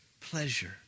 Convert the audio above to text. pleasure